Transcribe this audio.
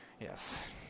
Yes